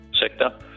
sector